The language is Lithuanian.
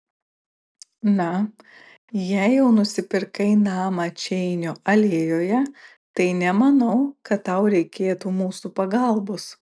na jei jau nusipirkai namą čeinio alėjoje tai nemanau kad tau reikėtų mūsų pagalbos